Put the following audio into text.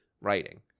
writing